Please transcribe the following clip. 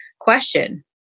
question